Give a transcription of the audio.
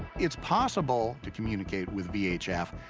it's possible to communicate with vhf.